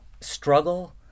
struggle